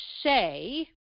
say